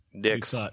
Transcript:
Dicks